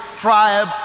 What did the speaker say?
tribe